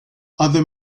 other